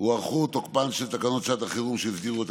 הוארכו תוקפן של תקנות שעת החירום שהסדירו את